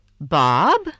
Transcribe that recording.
Bob